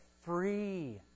free